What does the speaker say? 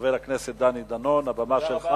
חבר הכנסת דני דנון, הבמה שלך.